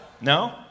No